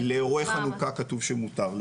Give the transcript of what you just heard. לאירועי חנוכה כתוב שמותר.